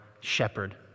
shepherd